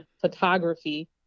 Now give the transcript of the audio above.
photography